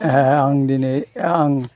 ओह आं दिनै आं